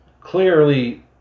clearly